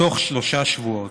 בתוך שלושה שבועות.